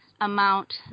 amount